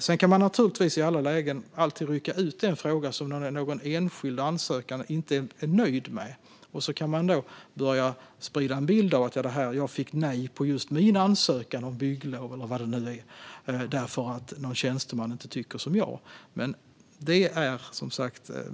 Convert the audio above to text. Sedan kan man naturligtvis i alla lägen rycka ut en enskild fråga - en enskild ansökan som man inte är nöjd med - och så kan man sprida en bild baserat på att man själv fått nej på sin ansökan om bygglov eller något annat därför att någon tjänsteman tyckt annorlunda.